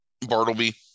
Bartleby